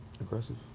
Aggressive